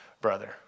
brother